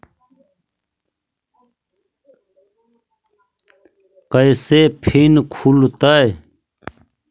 कैसे फिन खुल तय?